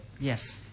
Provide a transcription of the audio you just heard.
Yes